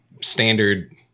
standard